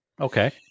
Okay